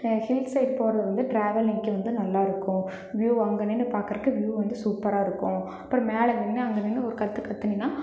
hills side போகறது வந்து travel அன்னைக்கு வந்து நல்லாருக்கும் வ்யூவ் அங்கே நின்று பார்க்குறதுக்கு வ்யூ வந்து சூப்பராக இருக்கும் அப்புறம் மேலே நின்று அங்கே நின்று ஒரு கற்று கற்றுனீனா